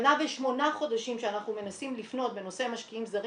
שנה ושמונה חודשים שאנחנו מנסים לפנות בנושא משקיעים זרים,